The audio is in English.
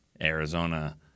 Arizona